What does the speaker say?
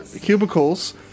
cubicles